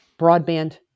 broadband